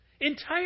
entire